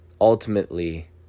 ultimately